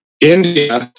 India